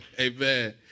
Amen